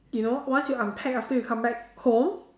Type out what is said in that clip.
you know once you unpack after you come back home